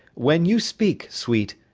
when you speak, sweet,